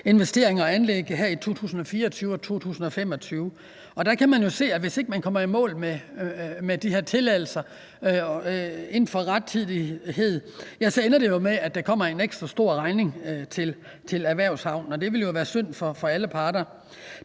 investeringer og anlæg her i 2024 og 2025. Der kan man jo se, at hvis ikke man kommer i mål med de her tilladelser rettidigt, ender det med, at der kommer en ekstra stor regning til erhvervshavnen, og det ville jo være synd for alle parter.